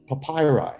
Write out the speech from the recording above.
papyri